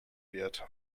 wird